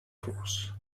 force